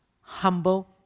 Humble